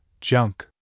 junk